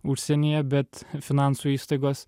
užsienyje bet finansų įstaigos